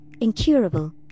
incurable